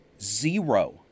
zero